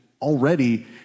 already